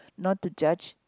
not to judge